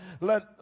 let